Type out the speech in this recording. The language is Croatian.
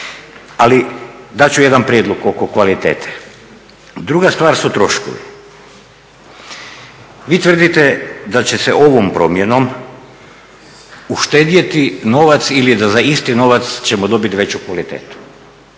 Ali dat ću jedan prijedlog oko kvalitete. Druga stvar su troškovi. Vi tvrdite da će se ovom promjenom uštedjeti novac ili da za isti novac ćemo dobiti veću kvalitetu.